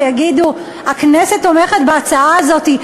ויגידו: הכנסת תומכת בהצעה הזאת,